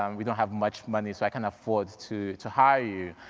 um we don't have much money, so i can't afford to to hire you.